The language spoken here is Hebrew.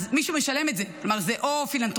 אז מישהו משלם את זה, כלומר זה או פילנתרופים,